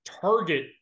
target